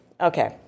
okay